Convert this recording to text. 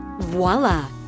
voila